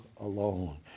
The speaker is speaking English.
alone